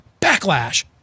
backlash